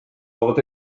vabalt